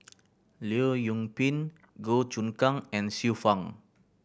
Leong Yoon Pin Goh Choon Kang and Xiu Fang